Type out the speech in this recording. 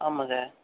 ஆமாம் சார்